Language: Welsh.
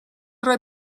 roi